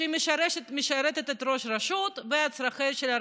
שהיא משרתת את ראש הרשות והצרכים של הרשות.